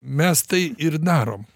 mes tai ir darom